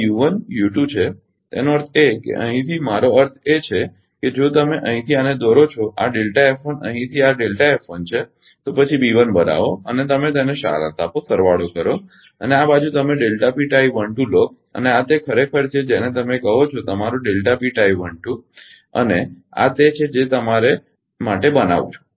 આ છે તેનો અર્થ એ છે કે અહીંથી મારો અર્થ એ છે કે જો તમે અહીંથી આને દોરો કે આ અહીંથી આ છે તો પછી બનાવો અને તમે તેને સારાંશ આપો સરવાળો કરો અને આ બાજુ તમે લો અને આ તે ખરેખર છે જેને તમે કહો છો તમારો અને આ તે છે જે મેં તમારા માટે બનાવું છું